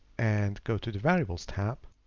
and go to the variables tab,